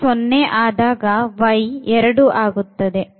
ಆಗ x 0 ಆದಾಗ y 2 ಆಗುತ್ತದೆ